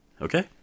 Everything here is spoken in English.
okay